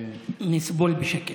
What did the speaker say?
נסבול בשקט.